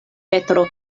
petro